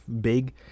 Big